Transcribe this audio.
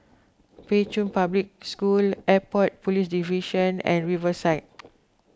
Pei Chun Public School Airport Police Division and Riverside